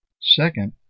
Second